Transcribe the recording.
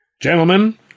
Gentlemen